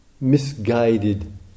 misguided